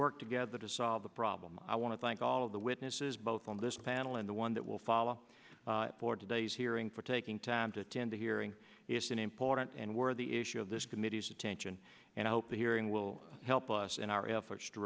work together to solve the problem i want to thank all of the witnesses both on this panel and the one that will follow for today's hearing for taking time to attend the hearing is an important and worthy issue of this committee's attention and i hope the hearing will help us in our efforts to